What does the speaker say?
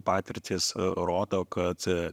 patirtys rodo kad